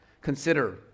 consider